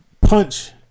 punch